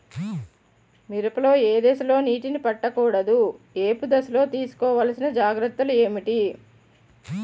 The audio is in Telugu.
మిరప లో ఏ దశలో నీటినీ పట్టకూడదు? ఏపు దశలో తీసుకోవాల్సిన జాగ్రత్తలు ఏంటి?